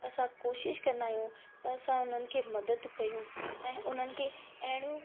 असां कोशिश कंदा आहियूं त असां उन्हनि खे मदद कयूं ऐं उन्हनि खे अहिड़ियूं